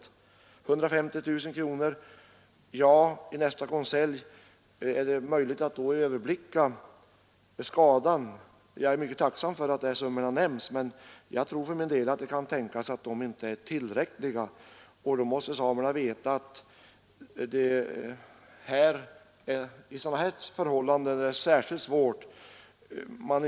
Jordbruksministern nämner att 150 000 kronor kommer att anvisas vid nästa konselj. Är det möjligt att då överblicka skadan? Jag är mycket tacksam för att dessa summor har nämnts, men det kan tänkas att de inte är tillräckliga, och då måste samerna få veta att detta är en särskilt svår bedömning.